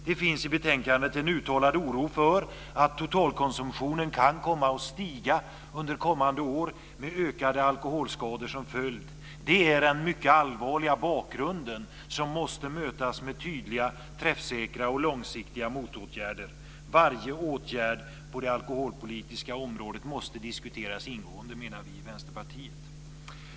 Det finns i betänkandet en uttalad oro för att totalkonsumtionen kan komma att stiga under kommande år med ökade alkoholskador som följd. Det är den mycket allvarliga bakgrunden som måste mötas med tydliga, träffsäkra och långsiktiga motåtgärder. Varje åtgärd på det alkoholpolitiska området måste diskuteras ingående, menar vi i Vänsterpartiet.